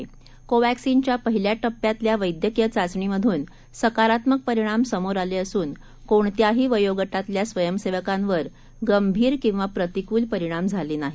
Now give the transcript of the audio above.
कोवॅक्सिनच्या पहिल्याटप्प्यातल्यावैद्यकीयचाचणीमधूनसकारात्मकपरिणामसमोरआलेअसून कोणत्याहीवयोगटातल्यास्वयंसेवकांवरगंभीरकिंवाप्रतिकूलपरिणामझालेनाही